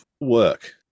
work